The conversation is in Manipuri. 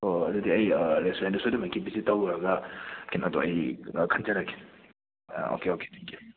ꯑꯣ ꯑꯗꯨꯗꯤ ꯑꯩ ꯔꯦꯁꯇꯣꯔꯦꯟꯗ ꯁꯣꯏꯗꯅꯃꯛꯀꯤ ꯚꯤꯖꯤꯠ ꯇꯧꯔꯨꯔꯒ ꯀꯩꯅꯣꯗꯣ ꯑꯩ ꯈꯟꯖꯔꯒꯦ ꯑꯣꯀꯦ ꯑꯣꯀꯦ ꯊꯦꯡꯀ꯭ꯌꯨ